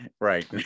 right